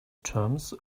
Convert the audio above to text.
terms